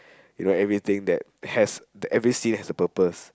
you know everything that has every scene has a purpose